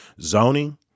zoning